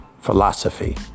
philosophy